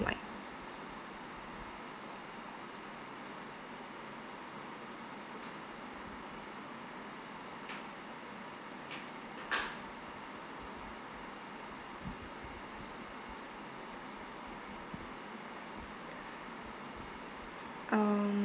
wide